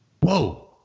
Whoa